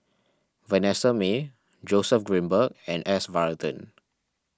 Vanessa Mae Joseph Grimberg and S Varathan